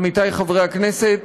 עמיתי חברי הכנסת,